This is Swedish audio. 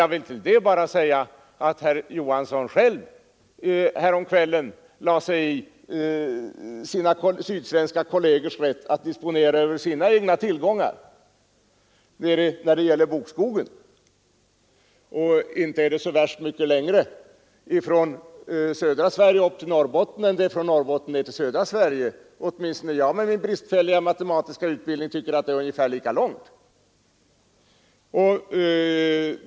Jag vill bara påpeka att herr Johansson själv häromkvällen lade sig i sina sydsvenska kollegers rätt att disponera över sina egna tillgångar när det gäller bokskogen. Inte är det så värst mycket längre från södra Sverige upp till Norrbotten än det är från Norrbotten till södra Sverige. Åtminstone tycker jag med min bristfälliga matematiska utbildning att det är lika långt.